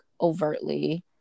overtly